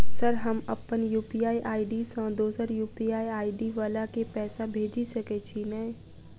Sir हम अप्पन UPI ID सँ दोसर यु.पी.आई आई.डी वला केँ पैसा भेजि सकै छी नै?